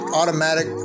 automatic